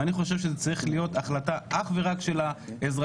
ואני חושב שזו צריכה להיות החלטה אך ורק של האזרחים.